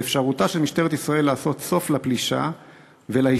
באפשרותה של משטרת ישראל לעשות סוף לפלישה ולהשתלטות